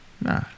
nah